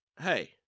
hey